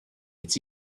its